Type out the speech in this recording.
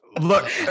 Look